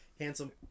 Handsome